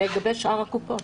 כולל לגבי יתר הקופות.